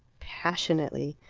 passionately.